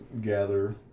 gather